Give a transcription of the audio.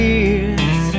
Year's